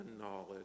knowledge